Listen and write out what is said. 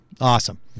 Awesome